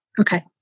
Okay